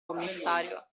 commissario